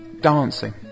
dancing